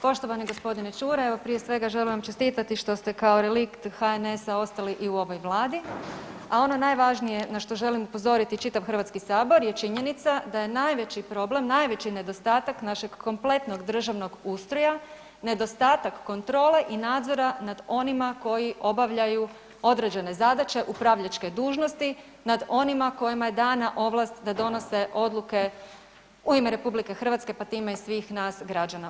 Poštovani gospodine Čuraj, evo prije svega želim čestitati što ste kao relikt HNS-a ostali i u ovoj Vladi, a ono najvažnije na što želim upozoriti čitav Hrvatski sabor je činjenica da je najveći problem, najveći nedostatak našeg kompletnog državnog ustroja nedostatak kontrole i nadzora nad onima koji obavljaju određene zadaće upravljačke dužnosti nad onima kojima je dana ovlast da donose odluke u ime RH pa time i svih nas građana.